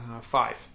Five